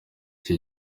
iki